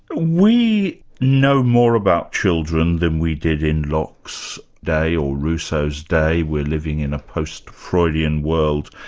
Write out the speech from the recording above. we know more about children than we did in locke's day, or rousseau's day. we're living in a post-freudian world.